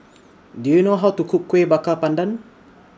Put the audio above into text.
Do YOU know How to Cook Kueh Bakar Pandan